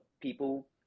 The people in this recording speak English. people